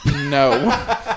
No